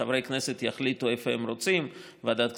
שחברי הכנסת יחליטו איפה הם רוצים: ועדת הכספים,